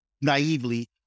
naively